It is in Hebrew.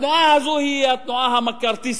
התנועה הזו היא התנועה המקארתיסטית,